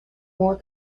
more